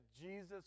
Jesus